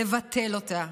לבטל אותה.